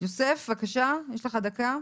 יש לך דקה.